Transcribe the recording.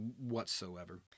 whatsoever